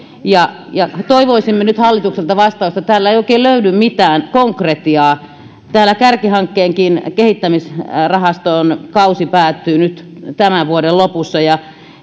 ja ja toivoisimme nyt hallitukselta vastausta täällä ei oikein löydy mitään konkretiaa täällä kärkihankkeenkin kehittämisrahaston kausi päättyy nyt tämän vuoden lopussa ja